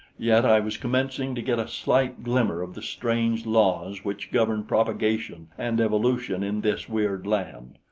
yet i was commencing to get a slight glimmer of the strange laws which govern propagation and evolution in this weird land.